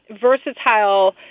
versatile